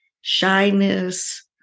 shyness